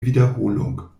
wiederholung